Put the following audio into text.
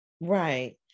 Right